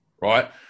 right